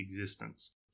existence